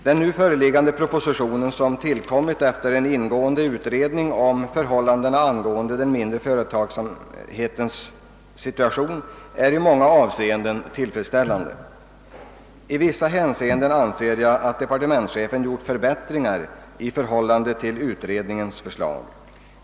Den nu föreliggande propositionen, som tillkommit efter en ingående utredning om den mindre företagsamhetens situation, är i många avseenden tillfredsställande. I vissa hänseenden har departementschefen enligt min åsikt gjort förbättringar i förhållande till utredningens förslag.